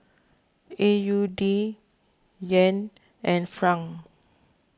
A U D Yen and Franc